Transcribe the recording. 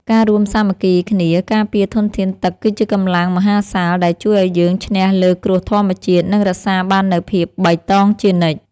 ការរួមសាមគ្គីគ្នាការពារធនធានទឹកគឺជាកម្លាំងមហាសាលដែលជួយឱ្យយើងឈ្នះលើគ្រោះធម្មជាតិ និងរក្សាបាននូវភាពបៃតងជានិច្ច។